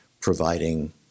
providing